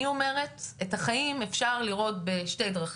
אני אומרת את החיים אפשר לראות בשתי דרכים,